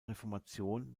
reformation